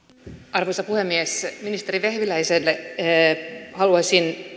arvoisa puhemies ministeri vehviläisen kanssa haluaisin